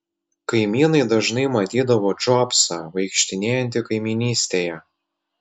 kaimynai dažnai matydavo džobsą vaikštinėjantį kaimynystėje